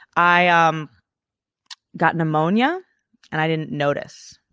i ah um got pneumonia and i didn't notice.